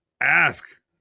ask